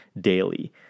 Daily